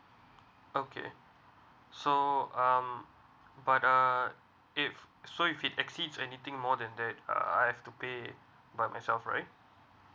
okay so um but uh if so if can exceed anything more than that uh I have to pay by myself right